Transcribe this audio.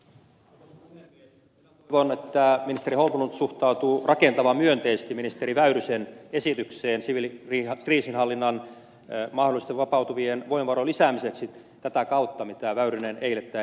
minä toivon että ministeri holmlund suhtautuu rakentavan myönteisesti ministeri väyrysen esitykseen siviilikriisinhallintaan mahdollisesti vapautuvien voimavarojen lisäämiseksi tätä kautta mitä väyrynen eilen täällä esitti